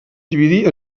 dividir